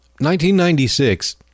1996